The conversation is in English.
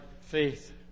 faith